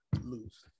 lose